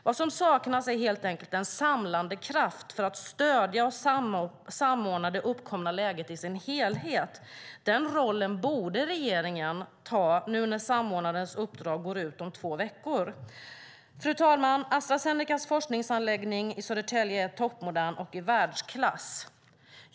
Vad som saknas är helt enkelt en samlande kraft för att stödja och samordna det uppkomna läget i dess helhet. Den rollen borde regeringen ta när samordnarens uppdrag går ut om två veckor. Fru talman! Astra Zenecas forskningsanläggning i Södertälje är toppmodern och i världsklass.